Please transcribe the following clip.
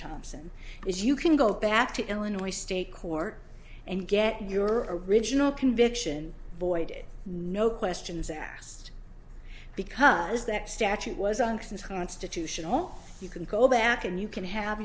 thompson is you can go back to illinois state court and get your original conviction voided no questions asked because that statute was angst is constitutional you can go back and you can have